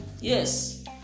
yes